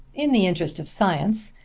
in the interest of science,